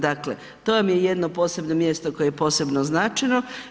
Dakle, to vam je jedno posebno mjesto koje je posebno označeno.